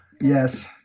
Yes